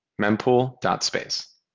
mempool.space